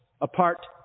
apart